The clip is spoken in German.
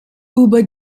über